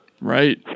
Right